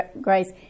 grace